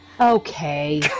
Okay